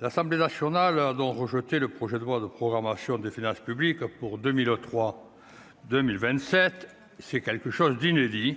L'Assemblée nationale a donc rejeté le projet de loi de programmation des finances publiques pour 2003 2027, c'est quelque chose d'inédit